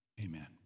amen